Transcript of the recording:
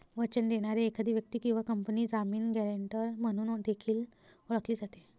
वचन देणारी एखादी व्यक्ती किंवा कंपनी जामीन, गॅरेंटर म्हणून देखील ओळखली जाते